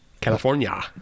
California